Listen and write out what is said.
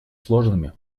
сложными